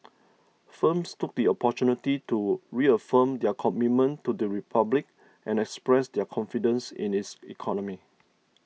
firms took the opportunity to reaffirm their commitment to the Republic and express their confidence in its economy